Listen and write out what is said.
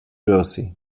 jersey